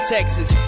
Texas